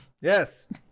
yes